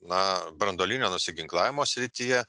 na branduolinio nusiginklavimo srityje